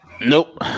Nope